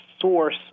source